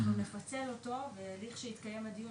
אנחנו נפצל אותו והליך שיתקיים בדיון